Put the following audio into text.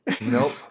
Nope